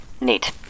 Neat